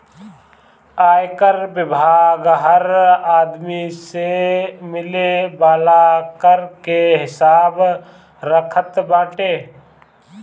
आयकर विभाग हर आदमी से मिले वाला कर के हिसाब रखत बाटे